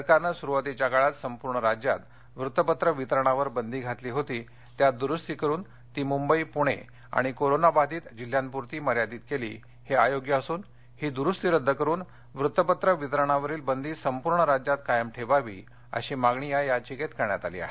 सरकारनं सुरुवातीच्या काळात संपूर्ण राज्यात वृत्तपत्र वितरणावर बंदी घातली होती त्यात दुरुस्ती करून ती मुंबई पुणे आणि कोरोनाबाधित जिल्ह्यांपुरती मर्यादित केली हे अयोग्य असून ही दूरुस्ती रद्द करून वृत्तपत्र वितरणावरील बंदी संपूर्ण राज्यात कायम ठेवावी अशी मागणी या याचिकेत करण्यात आली आहे